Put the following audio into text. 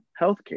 healthcare